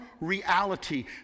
reality